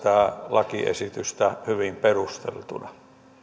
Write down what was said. lakiesitystä hyvin perusteltuna